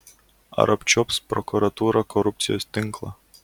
ar apčiuops prokuratūra korupcijos tinklą